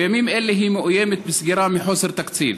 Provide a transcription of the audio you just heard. בימים אלה היא מאוימת בסגירה מחוסר תקציב.